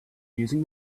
using